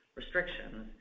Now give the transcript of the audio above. restrictions